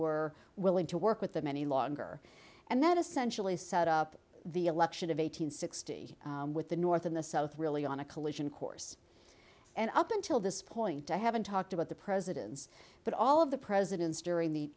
were willing to work with them any longer and then essentially set up the election of eight hundred sixty with the north and the south really on a collision course and up until this point i haven't talked about the presidents but all of the presidents during the